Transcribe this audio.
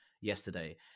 yesterday